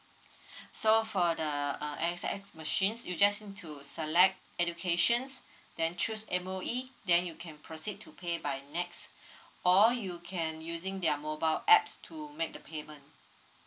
so for the uh A_X_S machines you just need to select educations then choose M_O_E then you can proceed to pay by NETS or you can using their mobile apps to make the payment